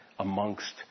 Amongst